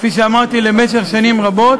כפי שאמרתי, למשך שנים רבות,